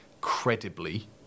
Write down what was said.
credibly